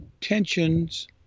tensions